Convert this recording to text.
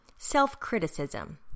Self-criticism